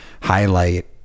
highlight